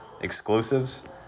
Exclusives